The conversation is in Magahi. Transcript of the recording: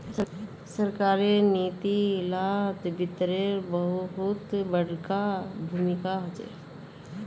सरकारेर नीती लात वित्तेर बहुत बडका भूमीका होचे